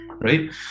Right